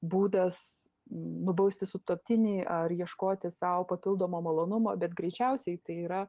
būdas nubausti sutuoktinį ar ieškoti sau papildomo malonumo bet greičiausiai tai yra